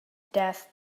death